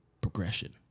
progression